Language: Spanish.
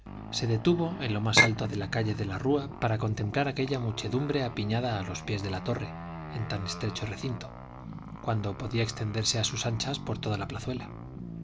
se detuvo en lo más alto de la calle de la rúa para contemplar aquella muchedumbre apiñada a los pies de la torre en tan estrecho recinto cuando podía extenderse a sus anchas por toda la plazuela